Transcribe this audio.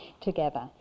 together